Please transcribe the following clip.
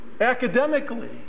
academically